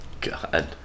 god